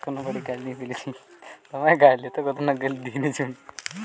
কোনো বেংকের যদি অনলাইন পেমেন্টের পরিষেবা ভোগ করতে চাই